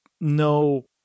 no